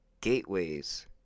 gateways